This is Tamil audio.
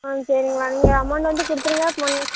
ஆ சரிங்க நீங்கள் அமௌண்டு வந்து கொடுத்துருங்க மண்